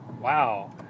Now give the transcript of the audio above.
Wow